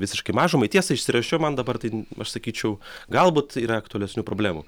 visiškai mažumai tiesa išsirašiau man dabar tai aš sakyčiau galbūt yra aktualesnių problemų